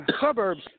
Suburbs